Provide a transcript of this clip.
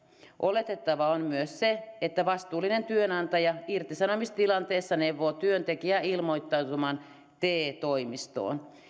oletettavaa on myös se että vastuullinen työnantaja irtisanomistilanteessa neuvoo työntekijää ilmoittautumaan te toimistoon